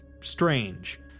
strange